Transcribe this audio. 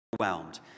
overwhelmed